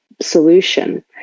solution